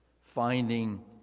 Finding